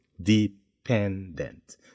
dependent